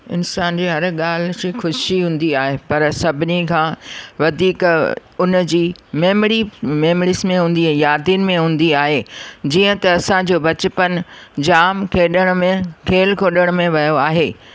इंसान जी हर ॻाल्हि ख़ुशी हूंदी आहे पर सभिनी खां वधीक उन जी मेमड़ी मेमड़ीस में हूंदी आहे यादिनि में हूंदी आहे जीअं त असांजो बचपन जाम खेॾण में खेल खोॾण में वियो आहे